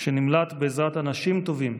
שנמלט בעזרת אנשים טובים,